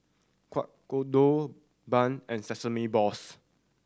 Kueh Kodok bun and sesame balls